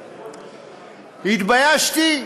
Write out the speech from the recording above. התביישתי,